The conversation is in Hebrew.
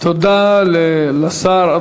תודה לשר.